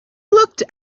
looked